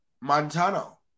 Montano